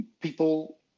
People